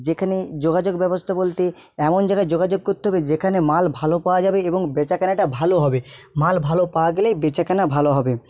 যেখানে যোগাযোগ ব্যবস্থা বলতে এমন জায়গায় যোগাযোগ করতে হবে যেখানে মাল ভালো পাওয়া যাবে এবং বেচাকেনাটা ভালো হবে মাল ভালো পাওয়া গেলেই বেচা কেনা ভালো হবে